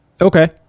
okay